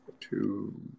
two